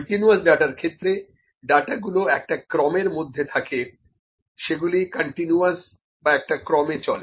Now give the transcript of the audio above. continuous ডাটার ক্ষেত্রে data গুলো একটা ক্রমের মধ্যে থাকে সেগুলি কন্টিনিউয়াস বা একটা ক্রমে চলে